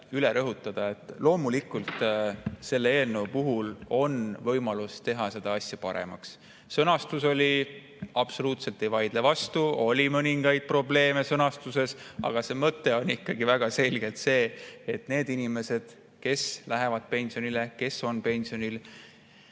üle rõhutada, et loomulikult on seda eelnõu võimalik teha paremaks. Sõnastuses oli, absoluutselt ei vaidle vastu, mõningaid probleeme. Aga mõte on ikkagi väga selgelt see, et need inimesed, kes lähevad pensionile, kes on pensionil